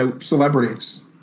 celebrities